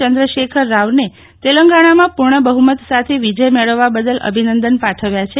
ચંદ્રશેખર રાવણે તેલંગાણામાં પૂર્ણ બહુમત સાથે વિજય મેળવવા બાદલ અભિનંદન પાઠવ્યા છે